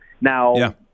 Now